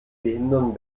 behindern